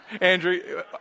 Andrew